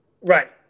Right